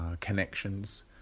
connections